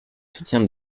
soutien